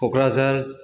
Kokrajhar